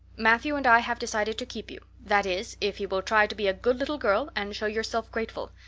matthew and i have decided to keep you that is, if you will try to be a good little girl and show yourself grateful.